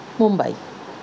Mumbai